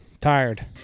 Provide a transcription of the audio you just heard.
Tired